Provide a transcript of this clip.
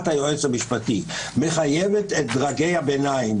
היועץ המשפטי מחייבת את דרגי הביניים,